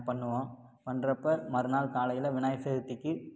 பண்ணுவோம் பண்ணுறப்ப மறுநாள் காலையில் விநாயகர் சதுர்த்திக்கு